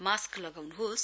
mask लगाउनुहोस्